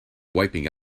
wiping